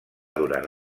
durant